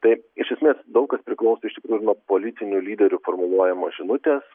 taip iš esmės daug kas priklauso iš tikrų nuo politinių lyderių formuluojamos žinutės